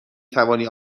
توانی